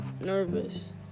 nervous